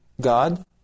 God